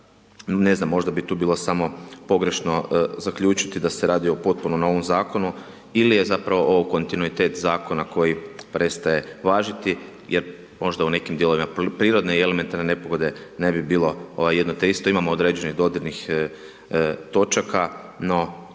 ne znam, možda bi tu bilo samo pogrešno zaključiti da se radi o potpuno novom zakonu ili je zapravo ovo kontinuitet zakona koji prestaje važiti jer možda u nekim dijelovima prirodne i elementarne nepogode ne bi bilo ovaj jedno te isto, imamo određenih dodirnih točaka, no